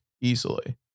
easily